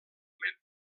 moment